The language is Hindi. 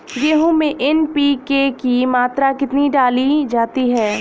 गेहूँ में एन.पी.के की मात्रा कितनी डाली जाती है?